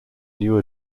new